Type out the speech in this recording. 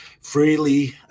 freely